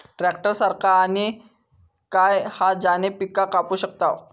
Tractor सारखा आणि काय हा ज्याने पीका कापू शकताव?